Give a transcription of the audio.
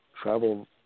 travel